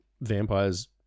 vampires